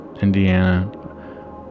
Indiana